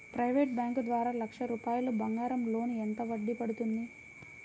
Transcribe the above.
Private bank ద్వారా లక్ష రూపాయలు బంగారం లోన్ ఎంత వడ్డీ పడుతుంది?